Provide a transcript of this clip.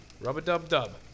Rub-a-dub-dub